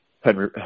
Henry